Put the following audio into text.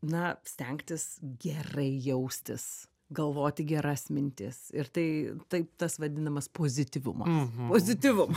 na stengtis gerai jaustis galvoti geras mintis ir tai taip tas vadinamas pozityvumas pozityvu